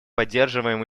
поддерживаем